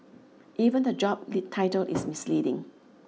even the job title is misleading